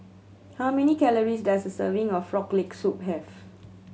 how many calories does a serving of Frog Leg Soup have